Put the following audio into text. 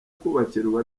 kubakirwa